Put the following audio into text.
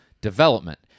development